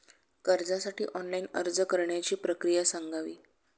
कर्जासाठी ऑनलाइन अर्ज करण्याची प्रक्रिया सांगावी